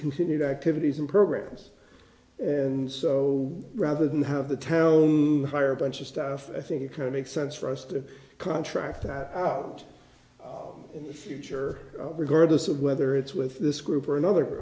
continued activities and programs and so rather than have the town hire a bunch of staff i think it kind of makes sense for us to contract that out in the future regardless of whether it's with this group or another